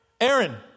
Aaron